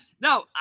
No